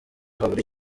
habura